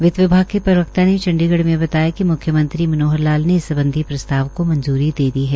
वित्त विभाग के प्रवक्ता ने चंडीगढ़ में बताया कि मुख्यमंत्री श्री मनोहर लाल ने इस संबंध में एक प्रस्ताव को मंजूरी दे दी है